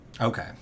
Okay